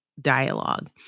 dialogue